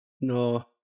no